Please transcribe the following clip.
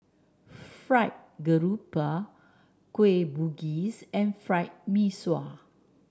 Fried Garoupa Kueh Bugis and Fried Mee Sua